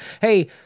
hey